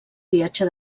viatge